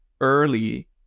early